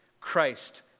Christ